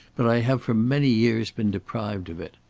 but i have for many years been deprived of it.